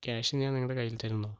cash ഞാൻ നിങ്ങളുടെ കയ്യിൽ തരുന്നു